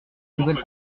nouvelle